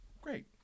Great